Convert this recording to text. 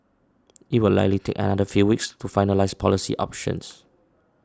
it will likely take another few weeks to finalise policy options